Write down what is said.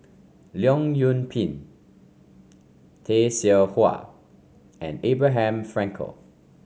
Leong Yoon Pin Tay Seow Huah and Abraham Frankel